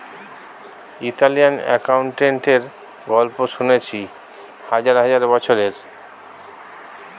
Italian অ্যাকাউন্টেন্টের গল্প শুনেছি হাজার হাজার বছরের